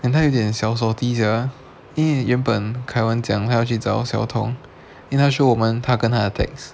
and 他有点小 salty sia 因为原本凯文讲她要去找小童 then 他 show 我们他跟她的 text